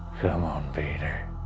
come on, peter.